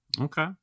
okay